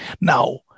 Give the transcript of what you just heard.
Now